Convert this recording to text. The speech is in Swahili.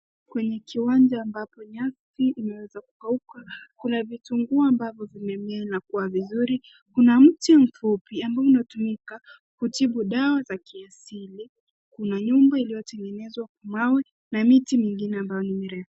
Kwenye kiwanja ambapo nyasi imeweza kukauka, kuna vitunguu ambavyo vimemea na kua vizuri. Kuna mti mfupi ambao unatumika kutibu dawa za kiasili. Kuna nyumba iliyotengenezwa kwa mawe na miti mingine ambayo ni mirefu.